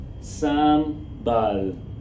Sambal